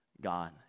God